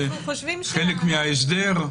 זה חלק מההסדר?